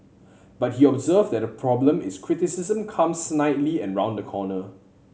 but he observed that the problem is criticism comes snidely and round the corner